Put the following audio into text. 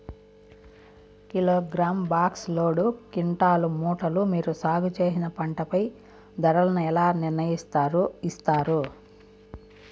Kilogram, box, load, quintal, మూటలు మీరు సాగు చేసిన పంటపై ధరలను ఎలా నిర్ణయిస్తారు యిస్తారు?